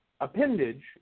appendage